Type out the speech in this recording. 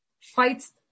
Fights